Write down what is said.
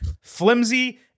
flimsy